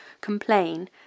complain